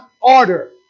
order